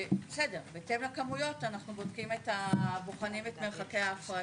בהתאם לכמויות אנחנו בוחנים את מרחקי ההפרדה.